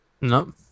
No